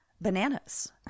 bananas